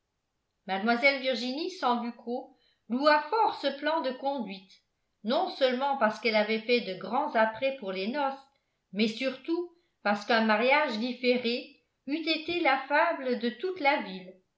mlle virginie sambucco loua fort ce plan de conduite non seulement parce qu'elle avait fait de grands apprêts pour les noces mais surtout parce qu'un mariage différé eût été la fable de toute la ville